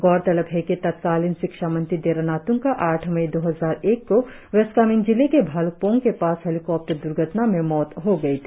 गौरतलब है कि तत्कालीन शिक्षा मंत्री देरा नात्ंग का आठ मई दो हजार एक को वेस्ट कामेंग जिले के भाल्कपोंग के पास हेलिकॉप्टर द्र्घटना में मौत हो गयी थी